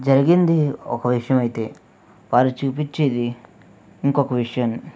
జరిగింది ఒక విషయం ఐతే వారు చూపించేది ఇంకొక విషయాన్ని